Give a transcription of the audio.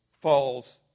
falls